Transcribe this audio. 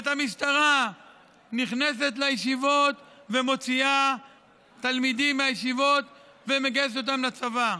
את המשטרה נכנסת לישיבות ומוציאה תלמידים מהישיבות ומגייסת אותם לצבא.